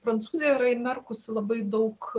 prancūzija yra įmerkusi labai daug